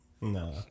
No